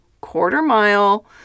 quarter-mile